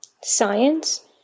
science